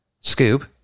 Scoop